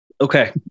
Okay